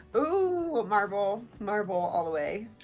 ooh marvel, marvel all the way.